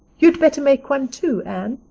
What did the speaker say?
you'd better make one too, anne.